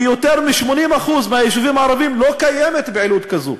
ביותר מ-80% מהיישובים הערביים לא קיימת פעילות כזו.